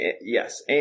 Yes